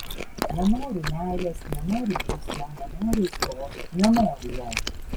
nenoriu meilės nenoriu geismo nenoriu aistros nenoriu jo